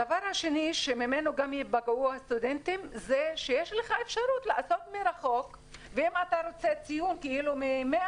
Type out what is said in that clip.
הדבר השני זה שיש לך אפשרות לעשות מבחן מרחוק ואם אתה רוצה ציון 100,